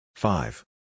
Five